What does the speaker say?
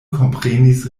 komprenis